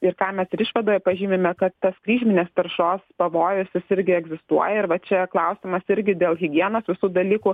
ir ką mes ir išvadoje pažymime kad tas kryžminės taršos pavojus jis irgi egzistuoja ir va čia klausimas irgi dėl higienos visų dalykų